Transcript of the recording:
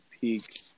peak